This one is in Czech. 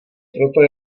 proto